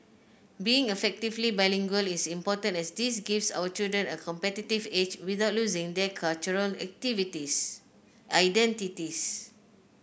being effectively bilingual is important as this gives our children a competitive edge without losing their cultural activities identities